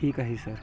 ठीक आहे सर